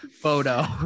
photo